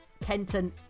Kenton